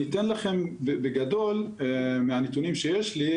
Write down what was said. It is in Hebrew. אני אתן לכם בגדול מהנתונים שיש לי,